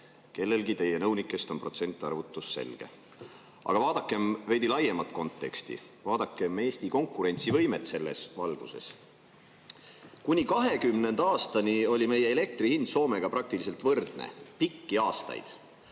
kellelgi teie nõunikest on protsentarvutus selge. Aga vaadakem veidi laiemat konteksti. Vaadakem Eesti konkurentsivõimet selles valguses. Kuni 2020. aastani oli meie elektri hind Soomega praktiliselt võrdne pikki aastaid.